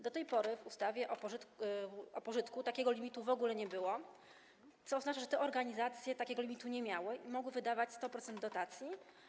Do tej pory w ustawie o pożytku takiego limitu w ogóle nie było, co oznacza, że te organizacje takiego limitu nie miały i mogły wydawać 100% dotacji.